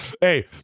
Hey